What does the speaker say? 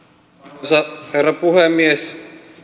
arvoisa herra puhemies